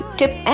tip